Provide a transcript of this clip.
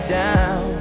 down